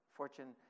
fortune